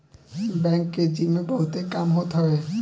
bank के जिम्मे बहुते काम होत हवे